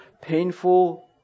painful